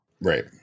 Right